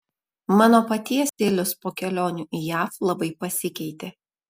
mano paties stilius po kelionių į jav labai pasikeitė